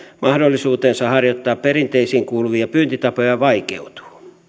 mahdollisuutensa harjoittaa perinteisiin kuuluvia pyyntitapoja vaikeutuu